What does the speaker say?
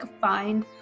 find